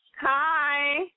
Hi